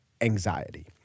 anxiety